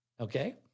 Okay